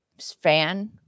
fan